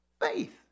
Faith